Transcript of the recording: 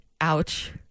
Ouch